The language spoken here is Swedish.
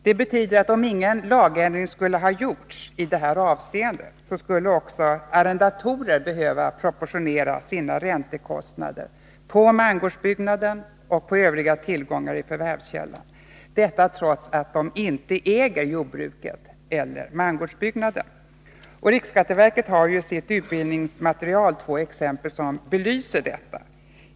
Det betyder, om ingen lagändring skulle ha gjorts i det här avseendet, att också arrendatorer skulle ha behövt proportionera sina räntekostnader på mangårdsbyggnaden och på övriga tillgångar i förvärvskällan, och detta trots att de inte äger jordbruket eller mangårdsbyggnaden. Riksskatteverket har i sitt utbildningsmaterial två exempel som belyser detta.